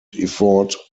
effort